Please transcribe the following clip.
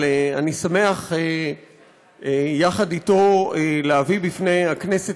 אני שמח להביא יחד אתו בפני הכנסת